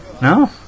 No